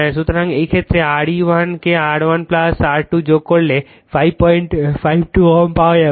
সুতরাং এই ক্ষেত্রে RE1 কে R1 R2 যোগ করলে 552 Ω পাওয়া যাবে